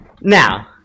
Now